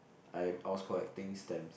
I I was collecting stamps